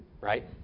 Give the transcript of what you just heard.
right